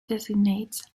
designates